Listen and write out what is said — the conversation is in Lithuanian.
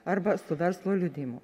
arba su verslo liudijimu